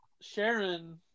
Sharon